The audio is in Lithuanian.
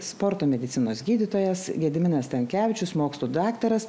sporto medicinos gydytojas gediminas tankevičius mokslų daktaras